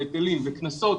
היטלים וקנסות.